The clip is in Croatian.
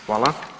Hvala.